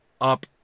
up